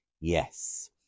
Yes